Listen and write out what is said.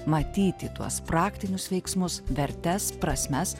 matyti tuos praktinius veiksmus vertes prasmes